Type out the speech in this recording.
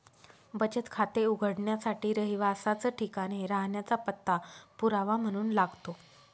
बचत खाते उघडण्यासाठी रहिवासाच ठिकाण हे राहण्याचा पत्ता पुरावा म्हणून लागतो